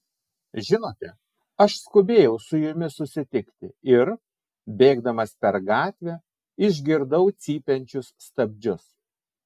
žinote aš skubėjau su jumis susitikti ir bėgdamas per gatvę išgirdau cypiančius stabdžius